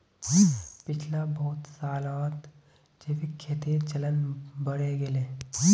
पिछला बहुत सालत जैविक खेतीर चलन बढ़े गेले